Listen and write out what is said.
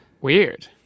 Weird